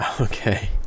okay